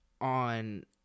on